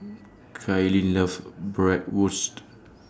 Kaitlyn loves Bratwurst